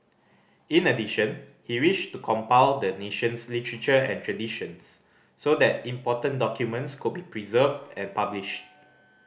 in addition he wished to compile the nation's literature and traditions so that important documents could be preserved and published